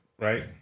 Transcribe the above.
Right